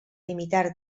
imitar